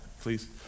please